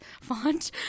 font